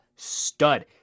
stud